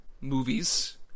movies